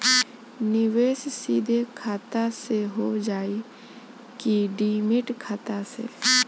निवेश सीधे खाता से होजाई कि डिमेट खाता से?